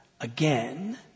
again